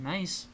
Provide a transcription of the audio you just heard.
Nice